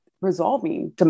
resolving